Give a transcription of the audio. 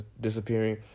disappearing